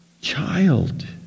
child